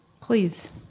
please